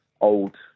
old